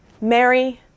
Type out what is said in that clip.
Mary